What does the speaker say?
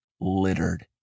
littered